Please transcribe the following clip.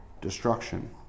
destruction